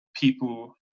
people